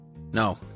No